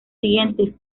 siguientes